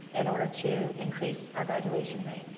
in order to increase our graduation rate.